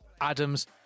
Adam's